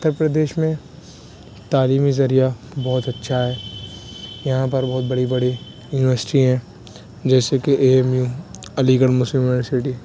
اتر پردیش میں تعلیمی ذریعہ بہت اچھا ہے یہاں پر بہت بڑی بڑی یونیورسٹی ہیں جیسے کہ A M U Aligarh Muslim university